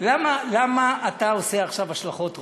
למה אתה עושה עכשיו השלכות רוחב?